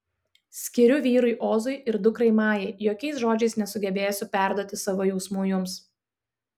skiriu vyrui ozui ir dukrai majai jokiais žodžiais nesugebėsiu perduoti savo jausmų jums